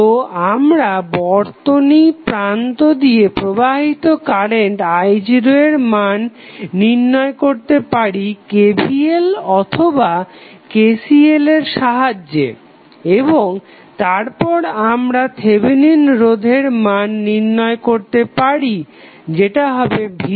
তো আমরা বর্তনীর প্রান্ত দিয়ে প্রাবাহিত কারেন্ট i0 এর মান নির্ণয় করতে পারি KVL অথবা KCL এর সাহায্যে এবং তারপর আমরা থেভেনিন রোধের মান নির্ণয় করতে পারি যেটা হবে v0i0